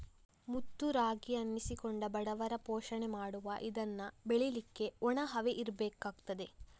ಮುತ್ತು ರಾಗಿ ಅನ್ನಿಸಿಕೊಂಡ ಬಡವರ ಪೋಷಣೆ ಮಾಡುವ ಇದನ್ನ ಬೆಳೀಲಿಕ್ಕೆ ಒಣ ಹವೆ ಇರ್ಬೇಕಾಗ್ತದೆ